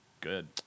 good